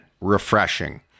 refreshing